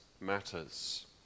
matters